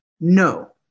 no